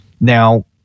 Now